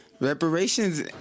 Reparations